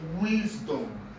Wisdom